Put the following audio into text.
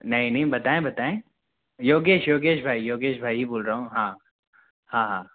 नहीं नहीं बताएं बताएं योगेश योगेश भाई योगेश भाई ही बोल रहा हूँ हाँ हाँ हाँ